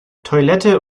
toilette